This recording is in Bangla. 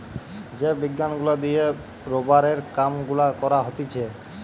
যে বিজ্ঞান গুলা দিয়ে রোবারের কাম গুলা করা হতিছে